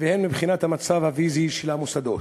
והן מבחינת המצב הפיזי של המוסדות.